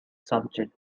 subject